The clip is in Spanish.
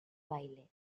baile